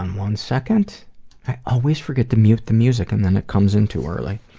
um one second. i always forget to mute the music, and then it comes in too early.